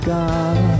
God